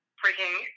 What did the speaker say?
freaking